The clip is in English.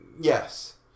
Yes